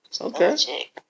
Okay